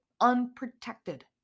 unprotected